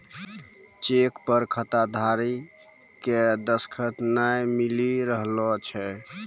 cheque पर खाताधारी के दसखत नाय मिली रहलो छै